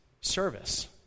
service